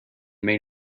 made